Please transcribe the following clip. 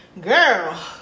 Girl